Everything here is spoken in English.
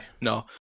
no